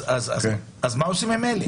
אז מה עושים עם אלה?